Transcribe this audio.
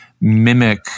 mimic